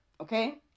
okay